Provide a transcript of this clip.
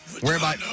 whereby